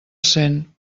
cent